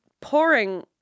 pouring